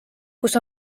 kus